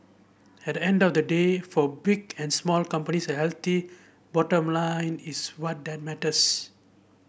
at the end of the day for big and small companies a healthy bottom line is what that matters